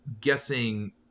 guessing